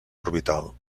orbital